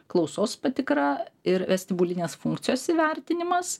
klausos patikra ir vestibulinės funkcijos įvertinimas